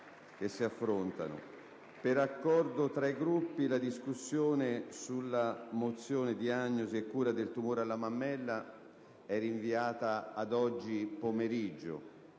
intervenuto tra i Gruppi, la discussione della mozione sulla diagnosi e la cura del tumore alla mammella è rinviata ad oggi pomeriggio,